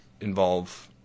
involve